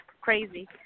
crazy